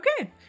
Okay